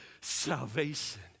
salvation